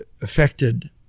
affected